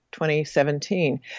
2017